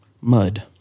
Mud